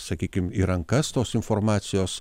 sakykim į rankas tos informacijos